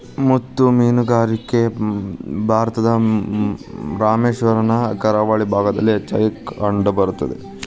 ಮುತ್ತು ಮೇನುಗಾರಿಕೆ ಭಾರತದ ರಾಮೇಶ್ವರಮ್ ನ ಕರಾವಳಿ ಭಾಗದಾಗ ಹೆಚ್ಚಾಗಿ ಕಂಡಬರ್ತೇತಿ